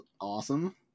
awesome